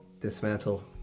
dismantle